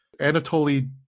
Anatoly